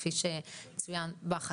כפי שצוין בחקיקה,